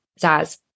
Zaz